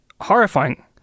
horrifying